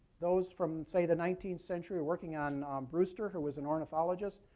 those from, say, the nineteenth century, working on brewster, who was an ornithologist